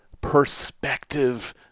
perspective